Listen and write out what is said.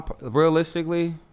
Realistically